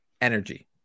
energy